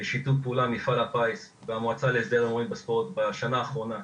בשיתוף פעולה עם מפעל הפיס והמועצה להסדר ההימורים בספורט בשנה האחרונה.